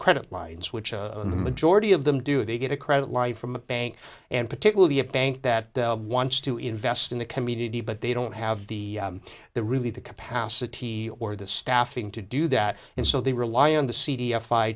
credit lines which the majority of them do they get a credit life from a bank and particularly a bank that wants to invest in the community but they don't have the the really the capacity or the staffing to do that and so they rely on the c